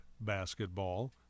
basketball